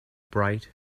bright